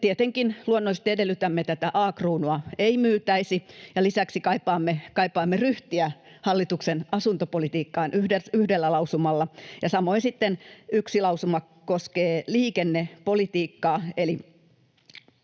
tietenkin luonnollisesti edellytämme, että tätä A-Kruunua ei myytäisi, ja lisäksi kaipaamme ryhtiä hallituksen asuntopolitiikkaan yhdellä lausumalla. Samoin sitten yksi lausuma koskee liikennepolitiikkaa, eli